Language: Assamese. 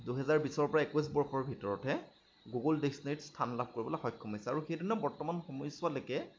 দুহেজাৰ বিছৰ পৰা একৈছ বৰ্ষৰ ভিতৰত হে গুগুল ডিক্সনেৰীত স্থান লাভ কৰিবলৈ সক্ষম হৈছে আৰু সেইধৰণে বৰ্তমান সময়চোৱালৈকে